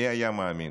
מי היה מאמין?